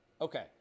Okay